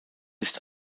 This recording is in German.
ist